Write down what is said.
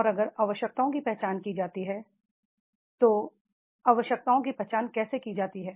और अगरआवश्यकताओं की पहचान की जाती है तो आवश्यकताओं की पहचान कैसे की जाती है